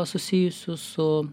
susijusių su